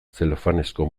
zelofanezko